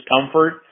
discomfort